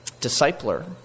discipler